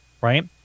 right